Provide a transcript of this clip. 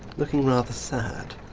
looking rather sad.